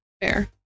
fair